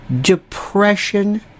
depression